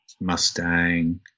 Mustang